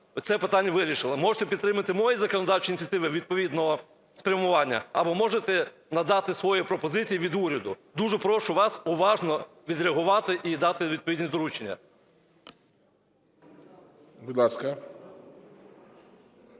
це питання вирішили. Можете підтримати мої законодавчі ініціативи відповідного спрямування або можете надати свої пропозиції від уряду. Дуже прошу вас уважно відреагувати і дати відповідні доручення. ГОЛОВУЮЧИЙ.